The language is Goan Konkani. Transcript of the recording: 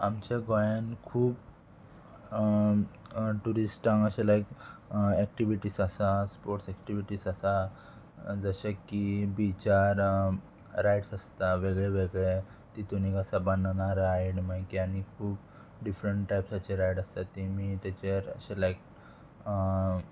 आमच्या गोंयान खूब ट्युरिस्टांक अशे लायक एक्टिविटीज आसा स्पोर्ट्स एक्टिविटीज आसा जशे की बिचार रायड्स आसता वेगळे वेगळे तितून एक आसा बानना रायड मागी आनी खूब डिफरंट टायप्साचे रायड आसता तेमी तेचेर अशे लायक